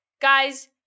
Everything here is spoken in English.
Guys